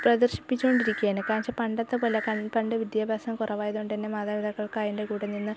പ്രദർശിപ്പിച്ചോണ്ടിരിക്കുകയാണ് കാരണം എന്ന് വെച്ചാൽ പണ്ടത്തെപ്പോലെ പണ്ട് വിദ്യാഭ്യാസം കുറവായതുകൊണ്ട് തന്നെ മാതാപിതാക്കൾക്ക് അതിന്റെ കൂടെ നിന്ന്